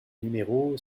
numéro